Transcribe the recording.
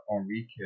Enrique